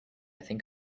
think